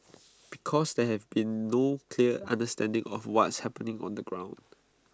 because there has been no clear understanding of what's happening on the ground